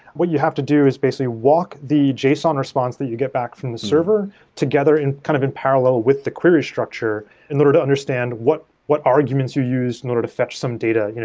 what you have to do is basically walk the json response that you get back from the server together in kind of in parallel with the query structure in order to understand what what arguments you use in order to fetch some data. you know